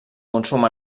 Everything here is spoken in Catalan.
consum